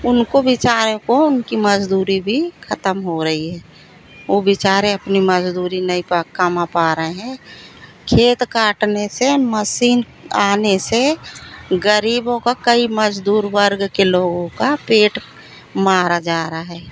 उनको बिचारों को उनकी मज़दूरी भी ख़त्म हो रहइ है वो बिचारे अपनी मज़दूरी नहीं पा कमा पा रहे हैं खेत काटने से मसीन आने से ग़रीबों का कई मज़दूर वर्ग के लोगों का पेट मारा जा रहा है